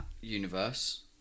universe